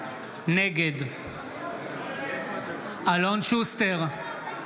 נגד אלון שוסטר,